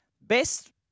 best